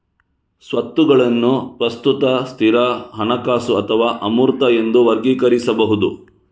ಸ್ವತ್ತುಗಳನ್ನು ಪ್ರಸ್ತುತ, ಸ್ಥಿರ, ಹಣಕಾಸು ಅಥವಾ ಅಮೂರ್ತ ಎಂದು ವರ್ಗೀಕರಿಸಬಹುದು